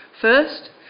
First